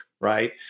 right